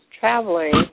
traveling